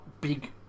big